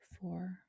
four